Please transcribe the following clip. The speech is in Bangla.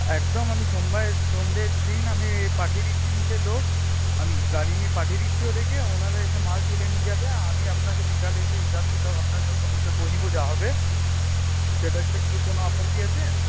একদম আমি সোমবার সন্ধ্যের দিন আমি এ পাঠিয়ে দিচ্ছি নিচে লোক আমি গাড়ি নিয়ে পাঠিয়ে দিচ্ছি ওদেরকে ওনারা এসে মাল তুলে নিয়ে যাবে আমি আপনাকে বিকালে এসে হিসাব কিতাব আপনার সঙ্গে বসে করে নেব যা হবে টোটালটা কি কোনও আপত্তি আছে